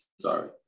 Sorry